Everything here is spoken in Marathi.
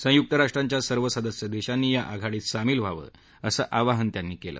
संयुक्त राष्ट्रांच्या सर्व सदस्य देशांनी या आघाडीत सामील व्हावं असं आवाहन त्यांनी केलं